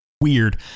weird